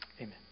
Amen